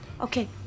Okay